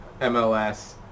MLS